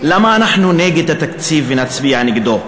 למה אנחנו נגד התקציב ונצביע נגדו?